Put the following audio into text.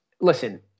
listen